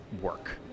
work